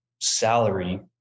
salary